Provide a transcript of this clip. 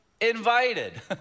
invited